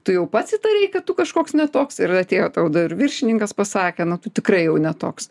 tu jau pats įtarei tu kažkoks ne toks ir atėjo tau dar viršininkas pasakė na tu tikrai jau ne toks